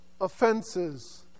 offenses